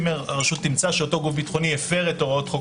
אם הרשות תמצא שהגוף הביטחוני הפר את הוראות חוק